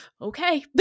okay